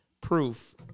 proof